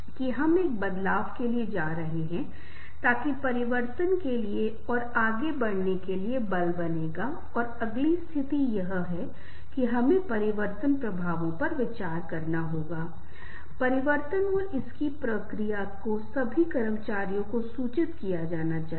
यदि व्यक्ति कुछ सहानुभूति दिखा रहा है तो हमें लगता है कि एक व्यक्ति बहुत अच्छा है और हम सब कुछ भूल जाते हैं और फिर अपनी व्यक्तिगत समस्याओं व्यक्तिगत मुद्दों का खुलासा करना शुरू करते हैं लेकिन यहां हमें बहुत सतर्क रहना होगा स्व प्रकटीकरण बहुत बाद में आना चाहिए